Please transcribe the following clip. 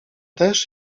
też